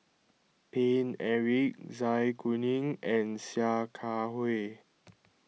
Paine Eric Zai Kuning and Sia Kah Hui